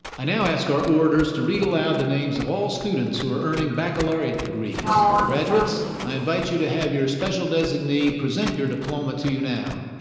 i now ask our orators to read aloud the names of all students who are earning baccalaureate degrees. graduates, i invite you to have your special designee present your diploma to you now.